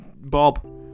Bob